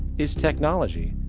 is technology,